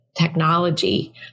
technology